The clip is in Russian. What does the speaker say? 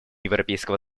европейского